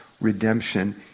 redemption